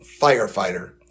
firefighter